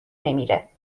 نمیره